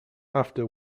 after